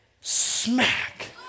smack